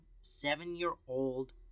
seven-year-old